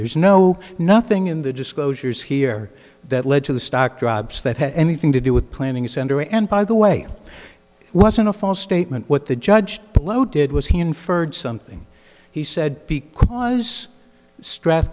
there's no nothing in the disclosures here that led to the stock drops that had anything to do with planning center and by the way wasn't a false statement what the judge plough did was he inferred something he said was str